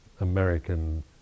American